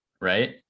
right